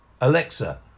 Alexa